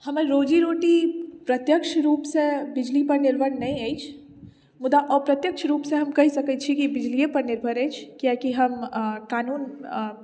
हमर रोजीरोटी प्रत्यक्ष रूपसँ बिजलीपर निर्भर नहि अछि मुदा अप्रत्यक्ष रूपसँ हम कहि सकै छी कि बिजलिएपर निर्भर अछि कियाकि हम कानून